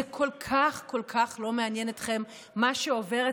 זה כל כך כל כך לא מעניין אתכם, מה שעובר הציבור,